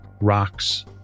rocks